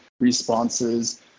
responses